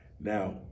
Now